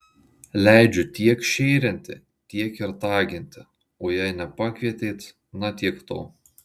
leidžiu tiek šėrinti tiek ir taginti o jei nepakvietėt na tiek to